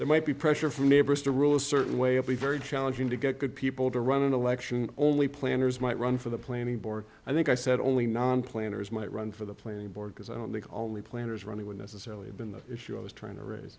there might be pressure from neighbors to rule a certain way and be very challenging to get good people to run an election only planners might run for the planning board i think i said only nine planners might run for the planning board because i don't think all the planners running would necessarily have been the issue i was trying to raise